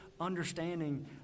understanding